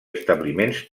establiments